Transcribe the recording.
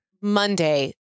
Monday